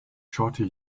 shawty